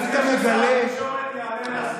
היית מגלה, אני מציע ששר התקשורת יעלה להסביר.